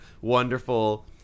wonderful